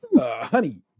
Honey